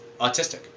autistic